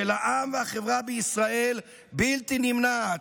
של העם והחברה בישראל בלתי נמנעת".